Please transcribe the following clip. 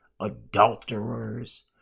adulterers